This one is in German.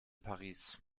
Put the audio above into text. paris